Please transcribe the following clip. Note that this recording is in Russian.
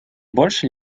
больше